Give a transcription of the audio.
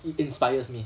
he inspires me